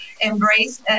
embrace